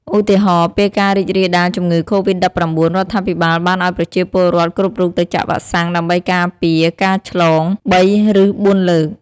ឧទាហរណ៍ ពេលការរីករាលដាលជំងឺ កូវីត១៩ រដ្ឋាភិបាលបានអោយប្រជាពលរដ្ឋគ្រប់រូបទៅចាក់វ៉ាក់សាំងដើម្បីការពារការឆ្លង ៣ ឬ ៤ លើក។